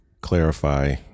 clarify